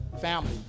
family